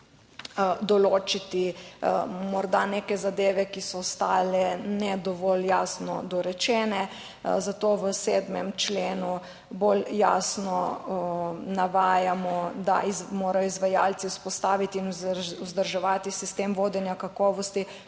določiti morda neke zadeve, ki so ostale ne dovolj jasno dorečene, zato v 7. členu bolj jasno navajamo, da morajo izvajalci vzpostaviti in vzdrževati sistem vodenja kakovosti